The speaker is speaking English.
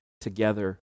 together